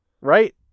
Right